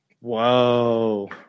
Whoa